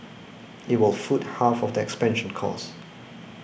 it will foot half of the expansion costs